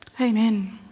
Amen